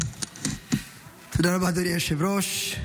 תודה רבה, אדוני היושב-ראש.